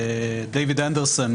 דיוויד אנדרסון,